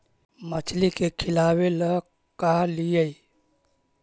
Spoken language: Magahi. मछली के खिलाबे ल का लिअइ?